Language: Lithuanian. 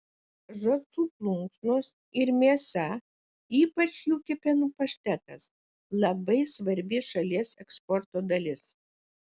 žąsų plunksnos ir mėsa ypač jų kepenų paštetas labai svarbi šalies eksporto dalis